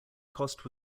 cost